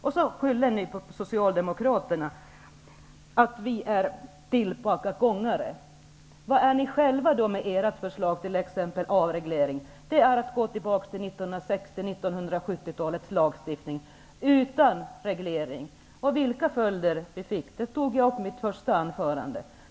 Och så skyller ni på Socialdemokraterna och säger att vi är bakåtsträvare. Vad är ni själva då, med ert förslag om avreglering? Det är att gå tillbaka till 1960 och 1970-talens lagstiftning, utan reglering. Vilka följder den fick tog jag upp i mitt inledningsanförande.